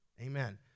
amen